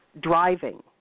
Driving